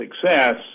success